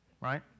right